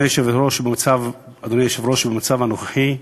הערכתי, אדוני היושב-ראש, שבמצב הנוכחי,